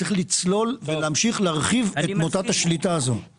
צריך לצלול ולהמשיך להרחיב את מוטת השליטה הזו והסיוע הזה.